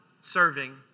serving